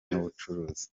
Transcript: n’ubucuruzi